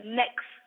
next